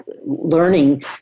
learning